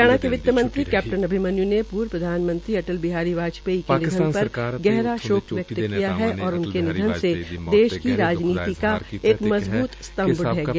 हरियाणा के वित्तमंत्री कैप्टन अभिमन्यू ने पूर्व प्रधानमंत्री अटल बिहारी वाजपेयी के निधन पर गहरा शोक व्यक्त किया है और उनके निधन से देश की राजनीति का एक मजबूत सतम्भ ढह गया